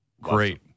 Great